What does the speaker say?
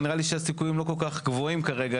אבל נראה לי שהסיכויים לא כל כך גבוהים כרגע.